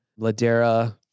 Ladera